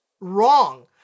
wrong